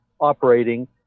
operating